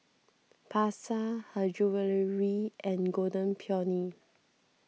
Pasar Her Jewellery and Golden Peony